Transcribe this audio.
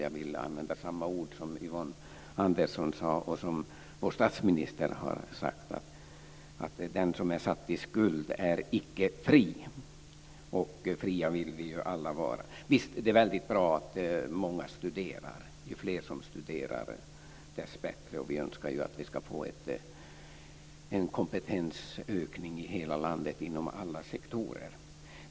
Jag vill, som Yvonne Andersson, hänvisa till de ord som statsministern har sagt om att den som är satt i skuld är icke fri. Fria vill ju alla vara. Visst är det bra att många studerar. Ju fler som studerar dess bättre. Vi önskar att vi ska få en kompetensökning i hela landet inom alla sektorer.